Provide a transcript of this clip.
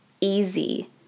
easy